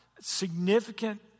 significant